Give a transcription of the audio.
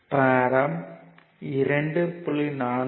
படம் 2